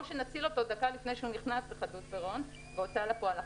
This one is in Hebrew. או שנציל אותו דקה לפני שהוא נכנס לחדלות פירעון והוצאה לפועל.